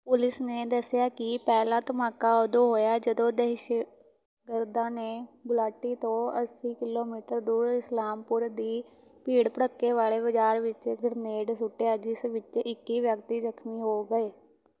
police ਨੇ ਦੱਸਿਆ ਕਿ ਪਹਿਲਾ ਧਮਾਕਾ ਉਦੋਂ ਹੋਇਆ ਜਦੋਂ ਦਹਿਸ਼ਤਗਰਦਾਂ ਨੇ ਗੁਲਾਟੀ ਤੋਂ ਅੱਸੀ ਕਿਲੋਮੀਟਰ ਦੂਰ ਇਸਲਾਮਪੁਰ ਦੀ ਭੀੜ ਭੜੱਕੇ ਵਾਲੇ ਬਜ਼ਾਰ ਵਿੱਚ ਗ੍ਰਨੇਡ ਸੁੱਟਿਆ ਜਿਸ ਵਿੱਚ ਇੱਕੀ ਵਿਅਕਤੀ ਜ਼ਖ਼ਮੀ ਹੋ ਗਏ